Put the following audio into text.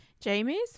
jamie's